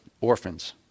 orphans